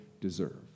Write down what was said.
deserve